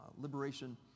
Liberation